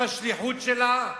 בשליחות שלה,